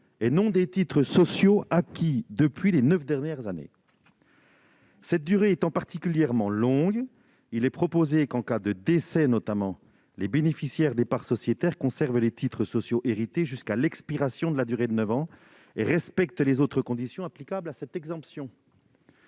et non des titres sociaux acquis depuis les neuf dernières années. Cette durée étant particulièrement longue, il est proposé, notamment en cas de décès, que les bénéficiaires des parts sociétaires conservent les titres sociaux hérités jusqu'à l'expiration de la durée de neuf ans et qu'ils respectent les autres conditions applicables à cette exemption.